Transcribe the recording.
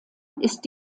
ist